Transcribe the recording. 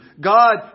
God